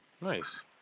nice